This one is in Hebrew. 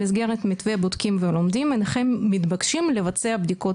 במסגרת מתווה בודקים ולומדים הינכם מתבקשים לבצע בדיקות